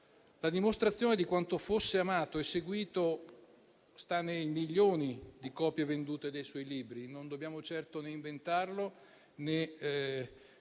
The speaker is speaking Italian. La dimostrazione di quanto fosse amato e seguito sta nei milioni di copie vendute dei suoi libri. Non dobbiamo certo né inventarlo, né